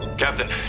Captain